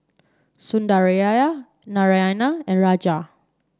Sundaraiah Naraina and Raja